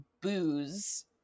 booze